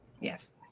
Yes